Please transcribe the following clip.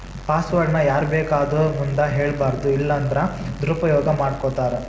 password ನ ಯಾರ್ಬೇಕಾದೊರ್ ಮುಂದ ಹೆಳ್ಬಾರದು ಇಲ್ಲನ್ದ್ರ ದುರುಪಯೊಗ ಮಾಡ್ಕೊತಾರ